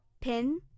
pin